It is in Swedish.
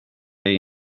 dig